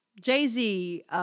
Jay-Z